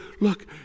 look